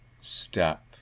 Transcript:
step